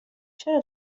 چرا